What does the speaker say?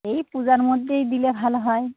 এই পূজার মধ্যেই দিলে ভালো হয়